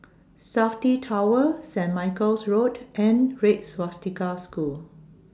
Safti Tower Saint Michael's Road and Red Swastika School